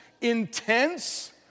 intense